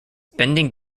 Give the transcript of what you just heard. bending